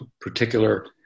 particular